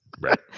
Right